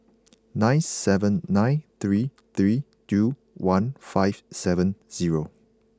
nine seven nine three three two one five seven zero